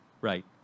Right